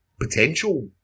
potential